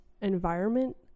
environment